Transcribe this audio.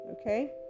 okay